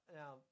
now